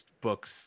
books